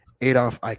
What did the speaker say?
Adolf